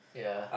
ya